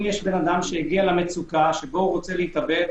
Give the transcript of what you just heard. אם יש אדם שהגיע למצוקה, ורוצה להתאבד,